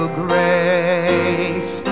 grace